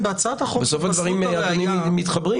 בסוף, הדברים מתחברים.